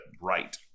right